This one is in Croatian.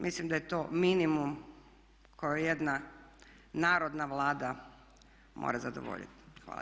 Mislim da je to minimum koji jedna narodna Vlada mora zadovoljiti.